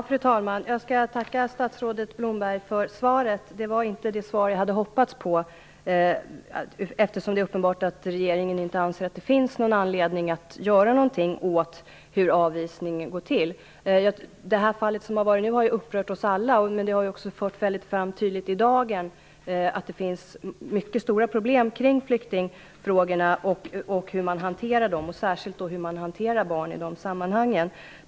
Fru talman! Jag tackar statsrådet Blomberg för svaret. Det var inte det svar jag hade hoppats på, eftersom regeringen uppenbarligen inte anser att det finns anledning att göra något åt hur avvisning går till. Det här senaste fallet har upprört oss alla, men det har också mycket tydligt lagt i dagen att det finns mycket stora problem kring hur flyktingfrågorna skall hanteras och särskilt hur man hanterar barnen i de här sammanhangen.